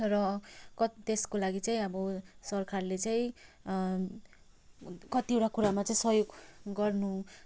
र क त्यस्को लागि चाहिँ अब सरकारले चाहिँ कतिवटा कुरामा चाहिँ सहयोग गर्नु